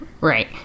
Right